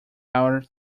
our